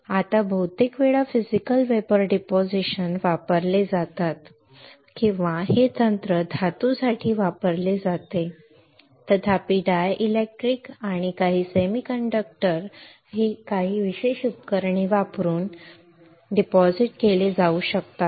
आता बहुतेक वेळा फिजिकल वेपर डिपॉझिशन वापरले जातात किंवा हे तंत्र धातूसाठी वापरले जाते तथापि डायलेक्ट्रिक्स आणि काही सेमीकंडक्टर काही विशेष उपकरणे वापरून काही विशेष उपकरणे वापरून डिपॉझिट केले जाऊ शकतात